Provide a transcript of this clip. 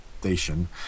station